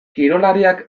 kirolariak